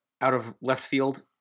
out-of-left-field